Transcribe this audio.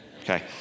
okay